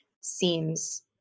seems